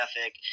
ethic